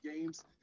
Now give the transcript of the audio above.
games